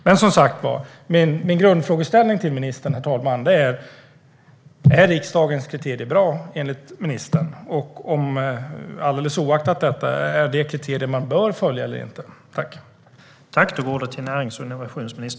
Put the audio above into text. Men min grundfrågeställning till ministern är som sagt denna, herr talman: Är riksdagens kriterier bra, enligt ministern? Och alldeles oavsett detta, är det kriterier man bör följa eller inte?